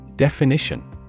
Definition